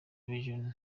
regional